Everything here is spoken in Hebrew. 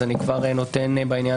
אני אקריא